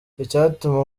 icyatuma